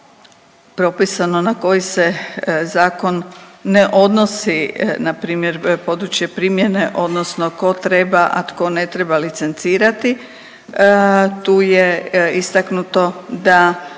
na koji se zakon ne odnosi npr. područje primjene, odnosno tko treba, a tko ne treba licencirati. Tu je istaknuto da